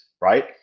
right